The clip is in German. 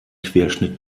querschnitt